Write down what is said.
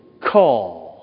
call